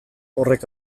horrek